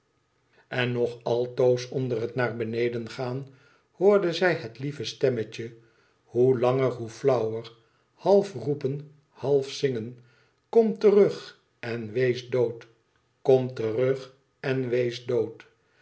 n nog altoos onder het naar bene den gaan hoorden zij het lieve stemmetje hoe langer zoo flauwer half roepen half zingen ikom terug en wees dood kom terug en wees